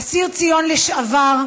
אסיר ציון לשעבר,